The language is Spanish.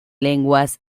lenguas